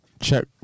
check